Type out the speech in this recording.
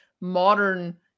modern